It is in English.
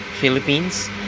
Philippines